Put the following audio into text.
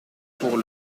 pour